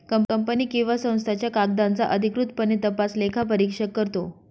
company किंवा संस्थांच्या कागदांचा अधिकृतपणे तपास लेखापरीक्षक करतो